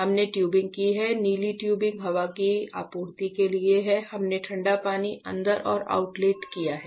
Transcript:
हमने ट्यूबिंग की है नीली टयूबिंग हवा की आपूर्ति के लिए है हमने ठंडा पानी अंदर और आउटलेट किया है